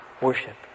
worship